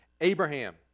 Abraham